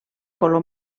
color